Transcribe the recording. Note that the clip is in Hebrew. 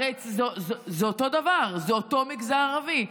הרי זה אותו דבר, זה אותו מגזר ערבי.